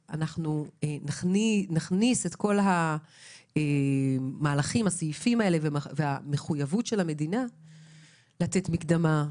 שנכניס פנימה את כל הסעיפים האלה ואת האחריות של המדינה לתת מקדמה,